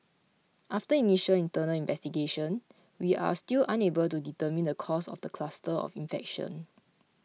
after initial internal investigation we are still unable to determine the cause of the cluster of infection